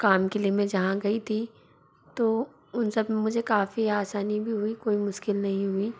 काम के लिए मैं जहाँ गई थी तो उन सब में मुझे काफ़ी आसनी भी हुई कोई मुश्किल नहीं हुई